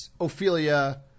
Ophelia